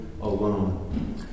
alone